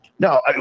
No